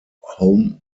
home